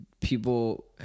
people